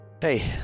hey